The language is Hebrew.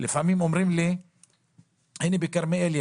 לפעמים אומרים לי שיש בכרמיאל,